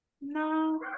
no